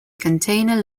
container